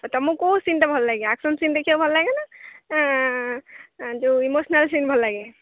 ମୁଁ କୋଉ ସିନ୍ଟା ଭଲ ଲାଗେ ଆକ୍ସନ୍ ସିନ୍ ଦେଖିବାକୁ ଭଲ ଲାଗେ ନା ଯୋଉ ଇମୋସନାଲ୍ ସିନ୍ ଭଲ ଲାଗେ